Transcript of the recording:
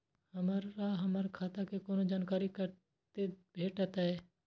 हमरा हमर खाता के कोनो जानकारी कते भेटतै